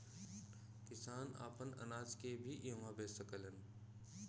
किसान आपन अनाज के भी इहवां बेच सकेलन